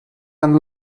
and